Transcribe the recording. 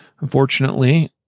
Unfortunately